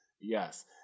Yes